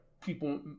people